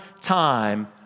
time